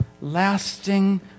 lasting